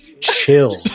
chill